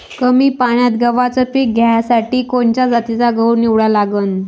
कमी पान्यात गव्हाचं पीक घ्यासाठी कोनच्या जातीचा गहू निवडा लागन?